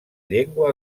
llengua